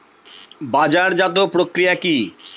বাজারজাতও প্রক্রিয়া কি?